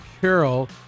Carol